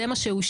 זה מה שאושר.